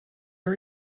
are